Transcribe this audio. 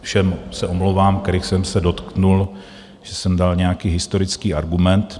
Všem se omlouvám, kterých jsem se dotkl, že jsem dal nějaký historický argument.